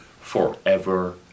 forever